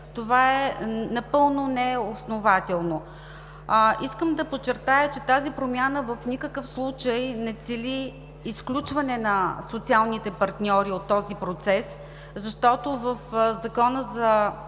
това е напълно неоснователно. Искам да подчертая, че тази промяна в никакъв случай не цели изключване на социалните партньори от този процес, защото в Закона за